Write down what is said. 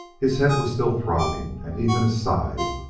his head was still throbbing and even his side,